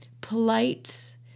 polite